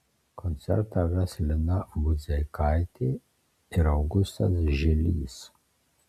koncertą ves lina budzeikaitė ir augustas žilys